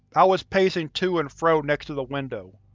i was pacing to and fro next to the window.